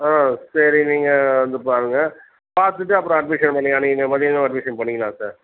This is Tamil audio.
ஆ சரி நீங்கள் வந்து பாருங்கள் பார்த்துட்டு அப்புறம் அட்மிஷன் பண்ணிக்கலாம் அன்னைக்கு மதியமே அட்மிஷன் பண்ணிக்கலாம் சார்